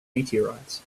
meteorites